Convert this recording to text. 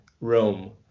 Rome